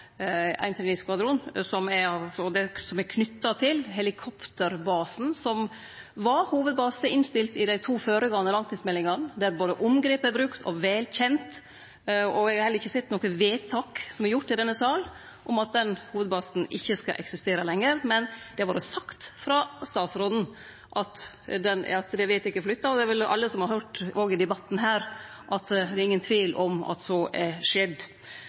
ein inkurie sa «basen», meinte eg «hovudbasen», og eg meinte flyttinga av 339-skvadronen, som er knytt til helikopterbasen som var innstilt som hovudbase i dei to føregåande langtidsmeldingane, der omgrepet er brukt og velkjent. Eg har heller ikkje sett noko vedtak som er gjort i denne salen om at den hovudbasen ikkje skal eksistere lenger. Men det har vore sagt frå statsråden at han er vedteken flytta, og for alle som har høyrt debatten her, er det ingen tvil om at så er skjedd.